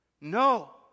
no